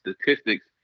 statistics